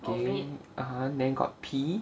mmhmm then got P